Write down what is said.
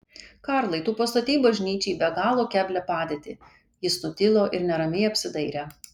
karlai tu pastatei bažnyčią į be galo keblią padėtį jis nutilo ir neramiai apsidairė